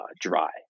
dry